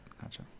Gotcha